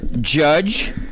Judge